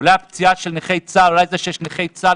אולי הפציעה של נכי צה"ל, אולי זה שיש נכי צה"ל,